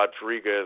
Rodriguez